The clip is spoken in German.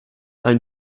ein